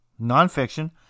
nonfiction